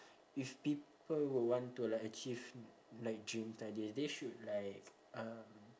if people would want to like achieve like dreams like this they should like um